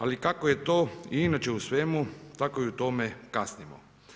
Ali kako je to i inače u svemu, tako i u tome kasnimo.